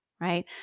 right